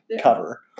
cover